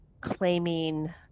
claiming